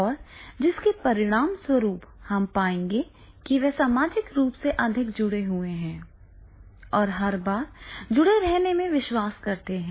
और जिसके परिणामस्वरूप हम पाएंगे कि वे सामाजिक रूप से अधिक जुड़े हुए हैं और हर बार जुड़े रहने में विश्वास करते हैं